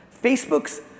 Facebook's